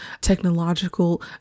technological